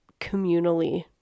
communally